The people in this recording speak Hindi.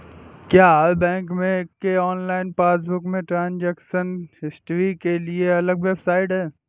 क्या हर बैंक के ऑनलाइन पासबुक में ट्रांजेक्शन हिस्ट्री के लिए अलग वेबसाइट है?